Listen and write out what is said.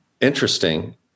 interesting